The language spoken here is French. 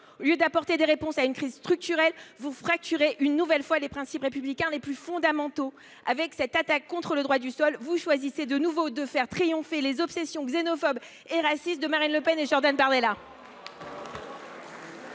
Au lieu d’apporter des réponses à cette crise structurelle, vous fracturez encore les principes républicains les plus fondamentaux. Avec cette attaque contre le droit du sol, vous choisissez, une fois de plus, de faire triompher les obsessions xénophobes et racistes de Marine Le Pen et de Jordan Bardella.